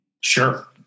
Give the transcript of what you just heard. Sure